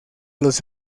los